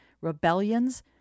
rebellions